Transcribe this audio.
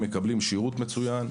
מקבלים שירות מצוין.